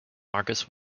marcus